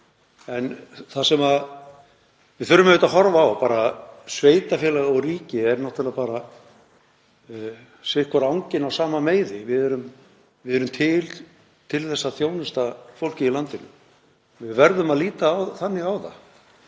ekki hér. Við þurfum að horfa á það að sveitarfélög og ríkið eru náttúrlega bara sitthvor anginn á sama meiði. Við erum til þess að þjónusta fólkið í landinu. Við verðum að líta þannig á það.